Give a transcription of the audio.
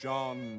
John